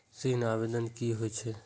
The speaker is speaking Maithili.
ऋण आवेदन की होय छै?